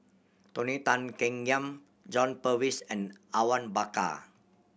Tony Tan Keng Yam John Purvis and Awang Bakar